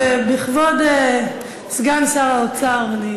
בִכְבוד סגן שר האוצר.